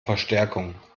verstärkung